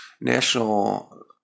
National